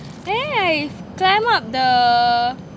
then I climb up the